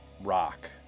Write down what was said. rock